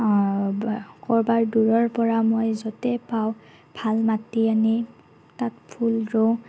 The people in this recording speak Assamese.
ক'ৰবাৰ দূৰৰ পৰা মই য'তেই পাওঁ ভাল মাটি আনি তাত ফুল ৰুওঁ